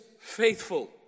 faithful